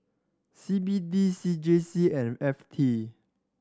C B D C J C and F T